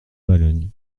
valognes